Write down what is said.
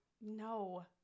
No